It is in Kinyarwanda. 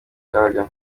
kaga